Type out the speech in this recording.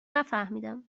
نفهمیدم